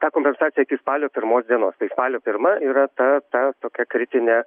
tą kompensaciją iki spalio pirmos dienos tai spalio pirma yra ta ta tokia kritinė